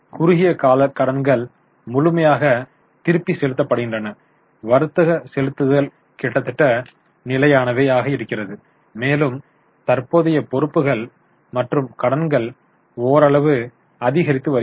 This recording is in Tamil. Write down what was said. குறுகிய கால கடன்கள் முழுமையாக திருப்பிச் செலுத்தப்படுகின்றன வர்த்தக செலுத்துதல்கள் கிட்டத்தட்ட நிலையானவை இருக்கிறது மேலும் தற்போதைய பொறுப்புகள் மற்றும் கடன்கள் ஓரளவு அதிகரித்து வருகின்றன